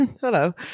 Hello